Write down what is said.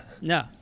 No